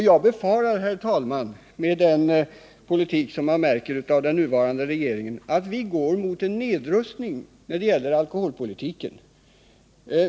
Jag befarar, herr talman, att vi med den politik som den nuvarande regeringen för går mot en nedrustning när det gäller alkoholpolitiken.